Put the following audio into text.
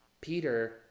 Peter